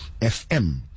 FM